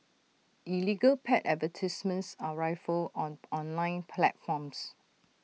illegal pet advertisements are rife on online platforms